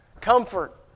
Comfort